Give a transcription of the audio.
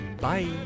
Bye